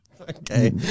Okay